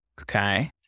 Okay